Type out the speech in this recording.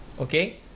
Okay